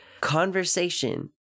Conversation